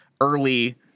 early